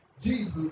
Jesus